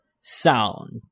sound